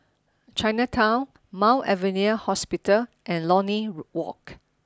Chinatown Mount Alvernia Hospital and Lornie Walk